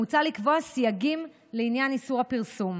מוצע לקבוע סייגים לעניין איסור הפרסום.